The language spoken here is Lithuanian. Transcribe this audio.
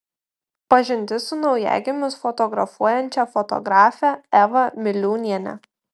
pažintis su naujagimius fotografuojančia fotografe eva miliūniene